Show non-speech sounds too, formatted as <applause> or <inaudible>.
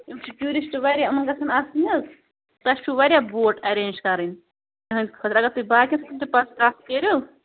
یِم چھِ ٹیوٗرِسٹ واریاہ یِمَن گژھَن آسٕنۍ حظ تۄہہِ چھُ واریاہ بوٹ اٮ۪رینٛج کَرٕنۍ <unintelligible> اَگر تُہۍ باقیَن <unintelligible> کَتھ کٔرِو